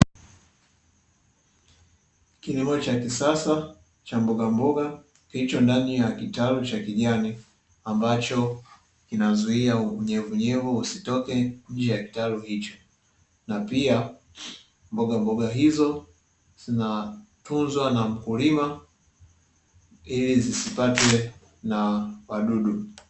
Kilimo cha kisasa cha mbogamboga kilicho ndani ya kitalu cha kijani ambacho kinazuia unyevunyevu usitoke nje ya kitalu hicho, na pia mbogamboga hizo zinatunzwa na mkulima ili zisipatwe na wadudu.